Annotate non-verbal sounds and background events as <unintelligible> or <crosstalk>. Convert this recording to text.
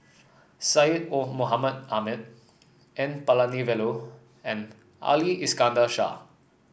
Syed <unintelligible> Mohamed Ahmed N Palanivelu and Ali Iskandar Shah